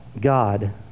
God